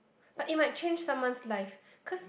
but it might change someone's life cause